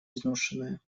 изношенная